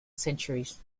centuries